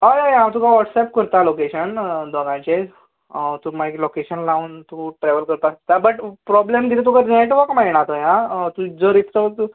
हय हय हांव तुका वॉट्सॅप करता लॉकेशन फोनाचेर तूं मागीर लॉकेशन लावन तूं ट्रॅव्हल करपाक शकता बट प्रोबल्म कितें तुका नेटवर्क मेळना थय आ तूं जर एक तर